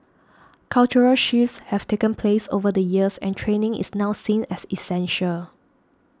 cultural shifts have taken place over the years and training is now seen as essential